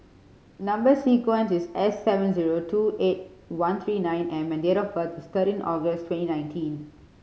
number sequence is S seven zero two eight one three nine M and date of birth is thirteen August twenty nineteen